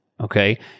okay